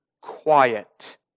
quiet